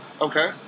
Okay